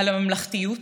על הממלכתיות,